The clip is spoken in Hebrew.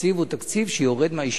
התקציב הוא תקציב שיורד מהישיבות.